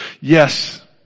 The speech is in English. yes